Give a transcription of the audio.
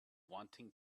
wanting